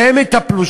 שהם יטפלו,